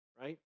right